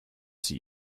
sie